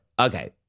Okay